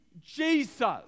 Jesus